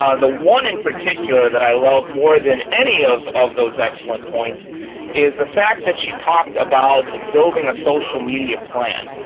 the one, in particular, that i love more than any of of those excellent points is the fact that she talked about building a social media plan.